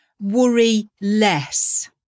worry-less